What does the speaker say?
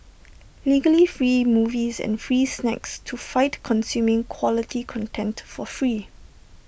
legally free movies and free snacks to fight consuming quality content for free